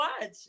watch